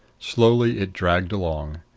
slowly it dragged along.